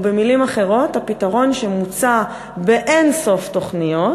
או במילים אחרות, הפתרון שמוצע באין-סוף תוכניות,